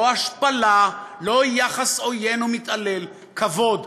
לא השפלה, לא יחס עוין ומתעלל, כבוד.